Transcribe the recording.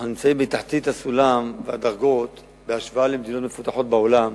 אנחנו נמצאים בתחתית הסולם והדרגות בהשוואה למדינות מפותחות בעולם